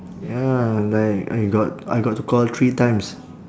ya like I got I got to call three times